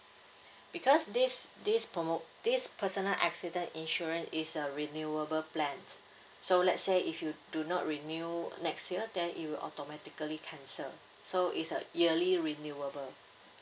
because this this promo this personal accident insurance is a renewable plan so let's say if you do not renew next year then it'll automatically cancel so it's a yearly renewable